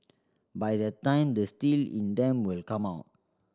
by that time the steel in them will come out